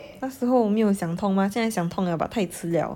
那时候我没有想通 mah 现在想通 liao but 太迟 liao